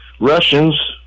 Russians